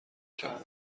کرد